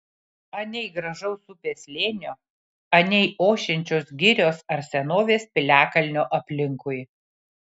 anei gražaus upės slėnio anei ošiančios girios ar senovės piliakalnio aplinkui